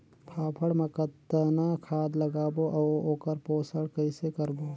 फाफण मा कतना खाद लगाबो अउ ओकर पोषण कइसे करबो?